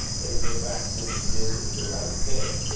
they said braxton did the right thing.